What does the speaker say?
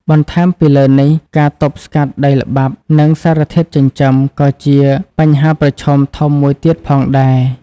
បន្ថែមពីលើនេះ ការទប់ស្កាត់ដីល្បាប់និងសារធាតុចិញ្ចឹម ក៏ជាបញ្ហាប្រឈមធំមួយទៀតផងដែរ។